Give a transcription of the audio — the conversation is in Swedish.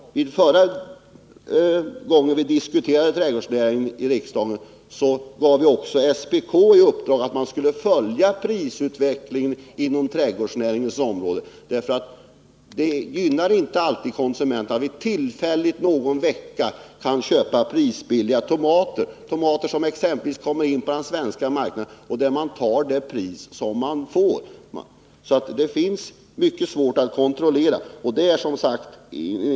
Förra gången vi diskuterade trädgårdsnäringen i riksdagen gav vi SPK i uppdrag att följa prisutvecklingen på trädgårdsnäringens område. Det gynnar inte alltid konsumenterna att vi tillfälligt, någon vecka, kan köpa prisbilliga tomater, som kommer in på den svenska marknaden, varvid man tar det pris som man får. Det är mycket svårt att kontrollera på detta område.